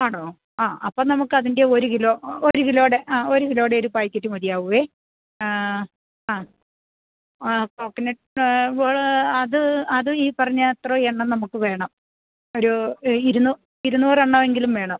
ആണോ ആ അപ്പം നമുക്ക് അതിൻ്റെ ഒരു കിലോ ഒരു കിലോയുടെ ആ ഒരു കിലോയുടെ ഒരു പായ്ക്കറ്റ് മതിയാകുമേ ആ ആ ആ പിന്നെ അപ്പോൾ അത് അതും ഈ പറഞ്ഞ അത്രയും എണ്ണം നമുക്ക് വേണം ഒരൂ ഇരുന്നു ഇരുന്നൂറ് എണ്ണം എങ്കിലും വേണം